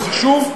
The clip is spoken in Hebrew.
הוא חשוב,